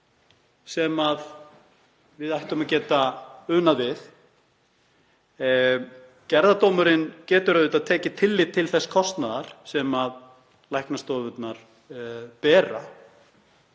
sem við ættum að geta unað við. Gerðardómur getur auðvitað tekið tillit til þess kostnaðar sem læknastofurnar bera